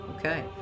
Okay